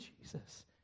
Jesus